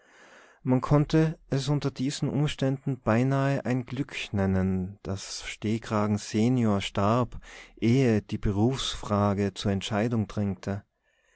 man konnte es unter diesen umständen beinahe ein glück nennen daß stehkragen senior starb ehe die berufsfrage zur entscheidung drängte